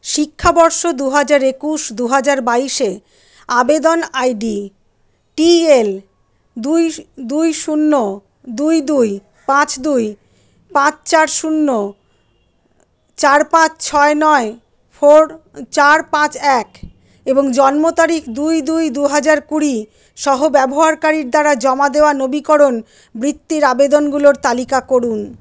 শিক্ষাবর্ষ দুহাজার একুশ দুহাজার বাইশে আবেদন আইডি টিএল দুই শূ দুই শূন্য দুই দুই পাঁচ দুই পাঁচ চার শূন্য চার পাঁচ ছয় নয় ফোর চার পাঁচ এক এবং জন্মতারিখ দুই দুই দুহাজার কুড়ি সহ ব্যবহারকারীর দ্বারা জমা দেওয়া নবীকরণ বৃত্তির আবেদনগুলোর তালিকা করুন